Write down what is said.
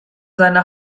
seine